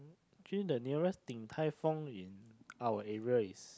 actually the nearest Din-Tai-Fung in our area is